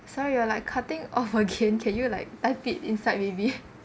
so you are like cutting off again can you like type it inside maybe